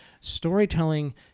storytelling